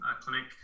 clinic